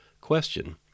question